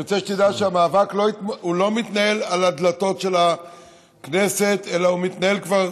אני רוצה שתדע שהמאבק לא מתנהל על הדלתות של הכנסת אלא הוא מתנהל כבר